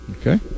Okay